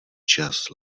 čas